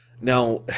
Now